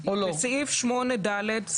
סעיף8ד(א)